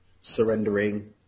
surrendering